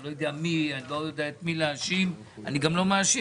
אני לא יודע את מי להאשים ואני גם לא מאשים.